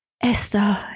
Esther